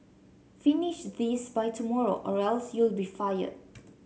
finish this by tomorrow or else you'll be fired